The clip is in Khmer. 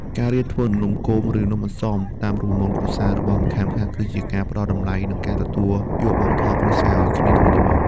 ការរៀនធ្វើ "នំគម" ឬ "នំអន្សម" តាមរូបមន្តគ្រួសាររបស់ម្ខាងៗ គឺជាការផ្ដល់តម្លៃ និងការទទួលយកវប្បធម៌គ្រួសារឱ្យគ្នាទៅវិញទៅមក។